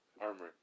armor